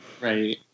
Right